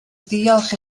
ddiolch